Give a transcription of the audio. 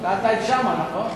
שאלת את שאמה, נכון?